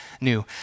New